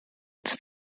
its